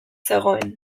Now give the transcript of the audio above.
zegoen